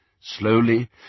Slowly